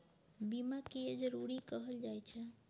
बीमा किये जरूरी कहल जाय छै?